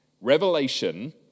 Revelation